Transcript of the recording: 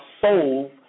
soul